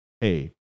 hey